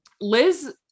liz